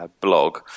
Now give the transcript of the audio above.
blog